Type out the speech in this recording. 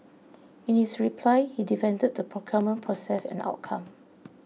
in his reply he defended the procurement process and outcome